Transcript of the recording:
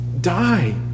die